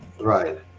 Right